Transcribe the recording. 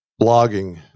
Blogging